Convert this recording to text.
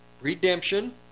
redemption